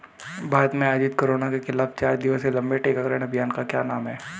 भारत में आयोजित कोरोना के खिलाफ चार दिवसीय लंबे टीकाकरण अभियान का क्या नाम है?